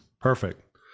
Perfect